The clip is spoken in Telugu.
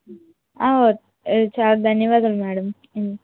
చాలా ధన్యవాదాలు మ్యాడమ్